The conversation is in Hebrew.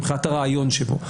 מבחינת הרעיון שבו.